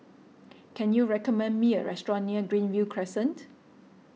can you recommend me a restaurant near Greenview Crescent